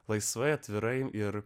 laisvai atvirai ir